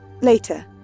Later